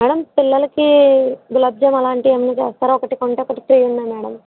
madam పిల్లలకి గులాబ్ జామ్ అలాంటి ఏమన్నా చేస్తారా ఒకటి కొంటే ఒకటి ఫ్రీ ఉంది మేడమ్